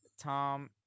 Tom